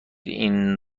این